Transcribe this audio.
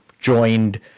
joined